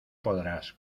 podrás